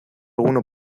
alguno